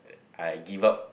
I give up